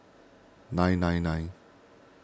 nine nine nine